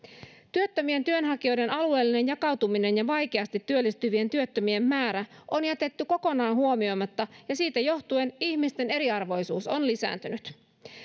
työttömien työnhakijoiden alueellinen jakautuminen ja vaikeasti työllistyvien työttömien määrä on jätetty kokonaan huomioimatta ja siitä johtuen ihmisten eriarvoisuus on lisääntynyt